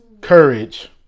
Courage